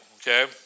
Okay